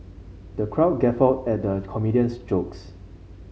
the crowd guffawed at the comedian's jokes